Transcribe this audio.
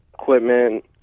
equipment